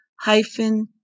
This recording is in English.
hyphen